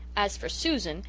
as for susan,